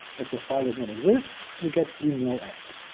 if the file does not exist, we get enoent.